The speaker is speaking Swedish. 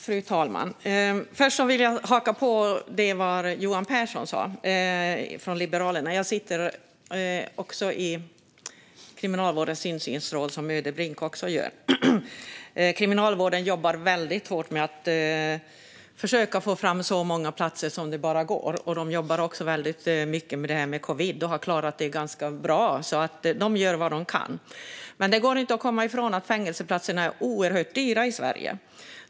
Fru talman! Först vill jag haka på det som Johan Pehrson från Liberalerna sa. Jag sitter också i Kriminalvårdens insynsråd, precis som Ödebrink. Kriminalvården jobbar väldigt hårt med att försöka få fram så många platser som det bara går, och de jobbar också väldigt mycket med detta med covid och har klarat det ganska bra. De gör alltså vad de kan. Men det går inte att komma ifrån att fängelseplatserna är oerhört dyra i Sverige.